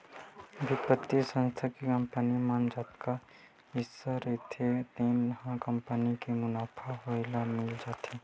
बित्तीय संस्था के कंपनी म जतका हिस्सा रहिथे तेन ह कंपनी ल मुनाफा होए ले मिल जाथे